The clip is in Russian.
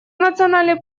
национальный